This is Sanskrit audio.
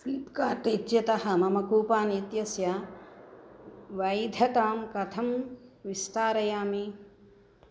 फ़्लिप्कार्ट् इत्यतः मम कूपान् इत्यस्य वैधतां कथं विस्तारयामि